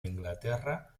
inglaterra